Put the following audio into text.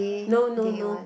no no no